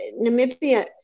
Namibia